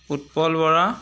Utpal Bora